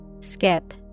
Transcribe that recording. Skip